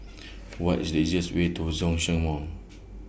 What IS The easiest Way to Zhongshan Mall